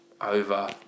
over